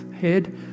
head